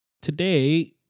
Today